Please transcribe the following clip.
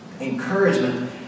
Encouragement